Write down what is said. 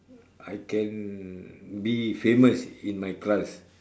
I can be famous in my class